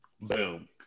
boom